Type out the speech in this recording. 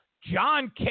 John